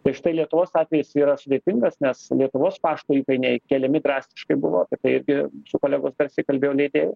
tai štai lietuvos atvejis yra sudėtingas nes lietuvos pašto įkainiai keliami drastiškai buvo apie tai irgi mūsų kolegos garsiai kalbėjo leidėjai